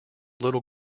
little